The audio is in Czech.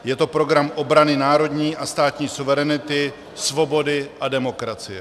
Je to program obrany národní a státní suverenity, svobody a demokracie.